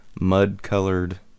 mud-colored